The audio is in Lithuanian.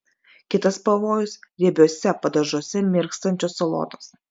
kitas pavojus riebiuose padažuose mirkstančios salotos